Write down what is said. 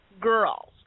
girls